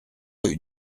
rue